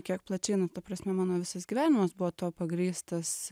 kiek plačiai nu ta prasme mano visas gyvenimas buvo tuo pagrįstas